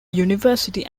university